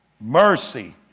mercy